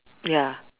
ya